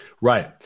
Right